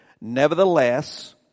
Nevertheless